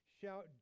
Shout